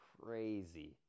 crazy